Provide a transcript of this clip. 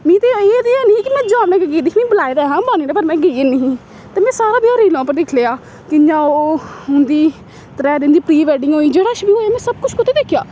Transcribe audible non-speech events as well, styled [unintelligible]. मिगी ते अजें ते [unintelligible] कि में जामनगर गेदी ही बलाए दा हा अंबानी पर में गेई निं ही ते में सारा ब्याह् रीलां उप्पर दिक्खी लेआ कि'यां ओह् उं'दी त्रै दिन दी प्री वेडिंग होई जेह्ड़ा किश बी होएआ में सब कुछ कु'त्थै दिक्खेआ